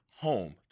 HOME